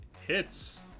Hits